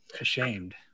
ashamed